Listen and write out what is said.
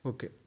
Okay